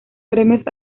premios